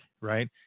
right